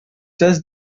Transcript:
test